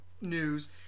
news